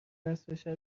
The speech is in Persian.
نصفه